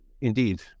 indeed